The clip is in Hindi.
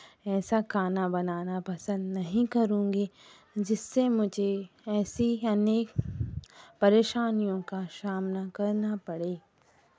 ऐसा खाना बनाना पसन्द नहीं करूंगी जिससे मुझे ऐसी अनेक परेशानियों का सामना करना पड़े